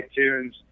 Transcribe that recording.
iTunes